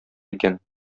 икән